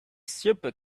super